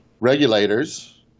regulators